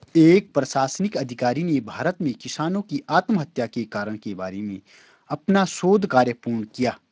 एक प्रशासनिक अधिकारी ने भारत में किसानों की आत्महत्या के कारण के बारे में अपना शोध कार्य पूर्ण किया